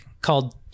called